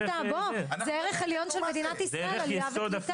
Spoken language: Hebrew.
זה ערך עליון של מדינת ישראל, עלייה וקליטה.